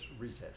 retest